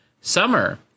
Summer